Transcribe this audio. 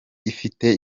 ifite